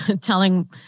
telling